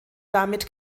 damit